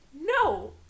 no